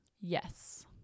Yes